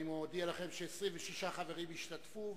אני מודיע לכם ש-26 חברים השתתפו,